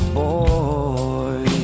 boy